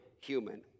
human